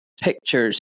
pictures